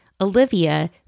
Olivia